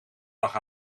lag